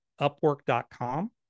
upwork.com